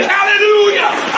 Hallelujah